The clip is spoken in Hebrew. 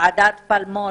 ועדת פלמור,